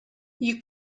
you